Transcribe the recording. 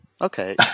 Okay